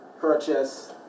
purchase